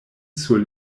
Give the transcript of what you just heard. sur